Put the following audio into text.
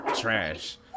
trash